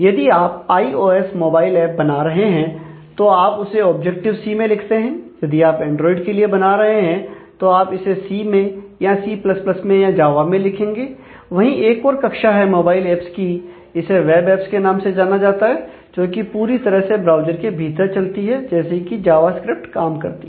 यदि आप iOS mobile app के नाम से जाना जाता है जो की पूरी तरह से ब्राउज़र के भीतर चलती हैं जैसे कि जावास्क्रिप्ट काम करती है